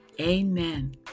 Amen